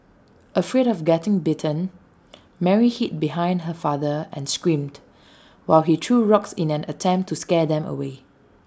afraid of getting bitten Mary hid behind her father and screamed while he threw rocks in an attempt to scare them away